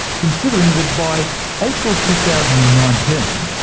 considering that by april two thousand and nineteen,